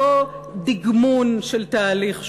לא דגמון של תהליך שלום,